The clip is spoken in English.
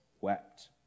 wept